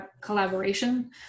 collaboration